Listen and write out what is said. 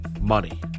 money